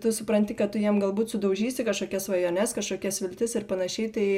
tu supranti kad tu jiem galbūt sudaužysi kažkokias svajones kažkokias viltis ir panašiai tai